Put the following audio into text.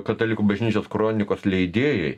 katalikų bažnyčios kronikos leidėjai